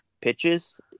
pitches